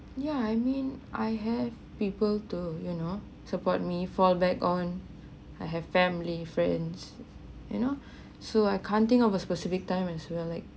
yeah I mean I have people to you know support me fall back on I have family friends you know so I can't think of a specific time as well like